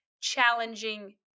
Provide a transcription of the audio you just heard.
challenging